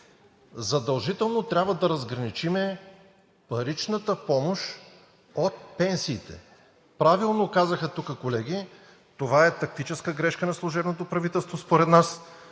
задължително трябва да разграничим паричната помощ от пенсиите. Правилно казаха тук колеги, това е тактическа грешка на служебното правителство. Според нас